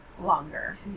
longer